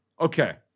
okay